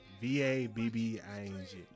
V-A-B-B-I-N-G